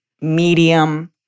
Medium